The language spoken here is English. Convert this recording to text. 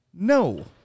No